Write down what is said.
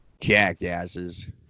Jackasses